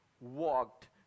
walked